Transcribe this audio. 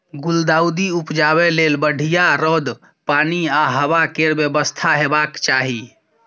गुलदाउदी उपजाबै लेल बढ़ियाँ रौद, पानि आ हबा केर बेबस्था हेबाक चाही